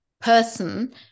person